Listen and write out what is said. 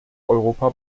europa